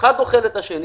אחד אוכל את השני